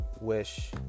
wish